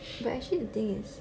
but actually the thing is